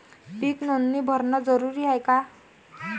पीक नोंदनी भरनं जरूरी हाये का?